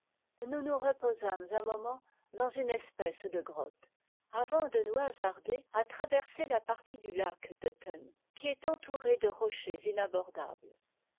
nous nous reposâmes un moment dans une espèce de grotte avant de nous hasarder à traverser partie du lac de thun qui est entourée de rochers inabordables